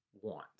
want